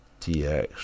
TX